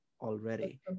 already